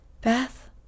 beth